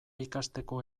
ikasteko